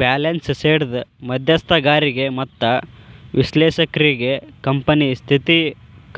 balance ಶೇಟ್ದ್ ಮಧ್ಯಸ್ಥಗಾರಿಗೆ ಮತ್ತ ವಿಶ್ಲೇಷಕ್ರಿಗೆ ಕಂಪನಿ ಸ್ಥಿತಿ